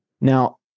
Now